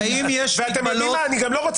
אתם יודעים מה?